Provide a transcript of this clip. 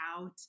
out